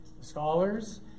scholars